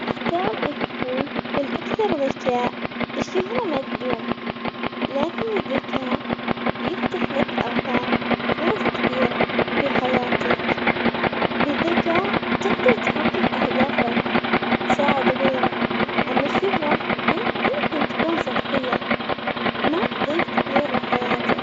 أختار أكون الأكثر ذكاء الشهرة ما تدوم، لكن الذكاء بيفتح لك آفاق وفرص كثيرة في حياتك بالذكاء تقدر تحقق أهدافك وتساعد غيرك، أما الشهرة يم- ممكن تكون سطحية ما تضيف كثير لحياتك.